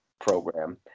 program